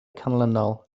canlynol